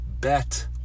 bet